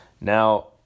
Now